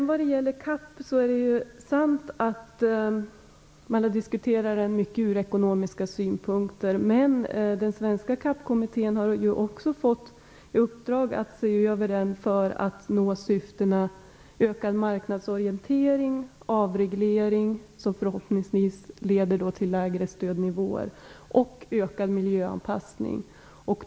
Vad gäller GATT är det sant att man där diskuterar frågor ur ekonomiska synpunkter men den svenska GATT-kommittén har också fått i uppdrag att se över den för att nå syftena ökad marknadsorientering, avreglering som förhoppningsvis leder till lägre stödnivåer och ökad miljöanpassning.